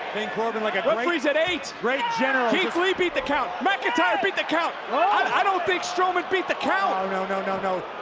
king corbin like a great referee's at eight. great general, just keith lee beat the count. mcintyre beat the count. i don't think strowman beat the count. no, no, no, no.